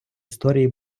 історії